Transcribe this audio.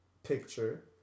Picture